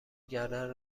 گردن